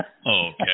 Okay